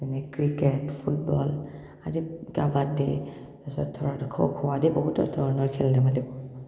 যেনে cricket football আদি কাবাড্ডী তাপাছত ধৰ খ'খ' আদি বহুতো ধৰণৰ খেল ধেমালি কৰোঁ